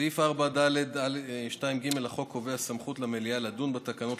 סעיף 4(ד)(2)(ג) לחוק קובע סמכות למליאה לדון בתקנות,